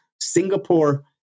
Singapore